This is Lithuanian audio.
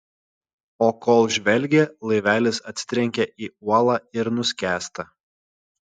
o kol žvelgia laivelis atsitrenkia į uolą ir nuskęsta